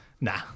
Nah